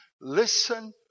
Listen